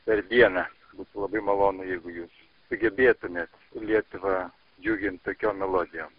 per dieną būtų labai malonu jeigu jūs sugebėtumėt lietuvą džiugint tokiom melodijom